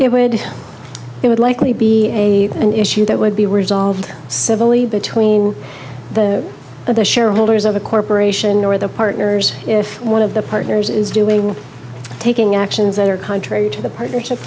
it would it would likely be an issue that would be resolved civilly between the of the shareholders of the corporation or the partners if one of the partners is doing taking actions that are contrary to the partnership